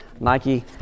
Nike